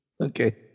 Okay